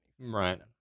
right